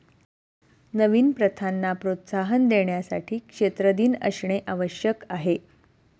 नवीन प्रथांना प्रोत्साहन देण्यासाठी क्षेत्र दिन असणे आवश्यक आहे